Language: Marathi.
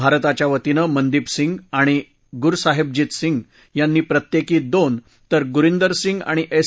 भारताच्या वतीनं मनदिप सिंग आणि गुरसाहेबजीत सिंग यांनी प्रत्येकी दोन तर गुरिंदर सिंग आणि एस